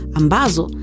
ambazo